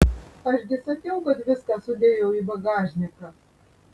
aš gi sakiau kad viską sudėjau į bagažniką